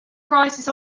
crisis